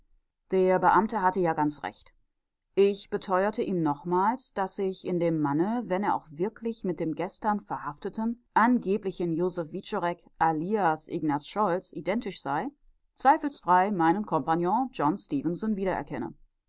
der beamte hatte ja ganz recht ich beteuerte ihm nochmals daß ich in dem manne wenn er auch wirklich mit dem gestern verhafteten angeblichen josef wiczorek alias ignaz scholz identisch sei zweifelsfrei meinen kompagnon john stefenson wiedererkenne